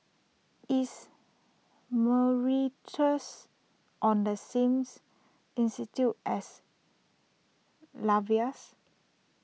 is Mauritius on the sames institude as Latvias